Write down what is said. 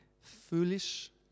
foolish